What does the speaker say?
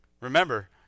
remember